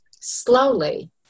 Slowly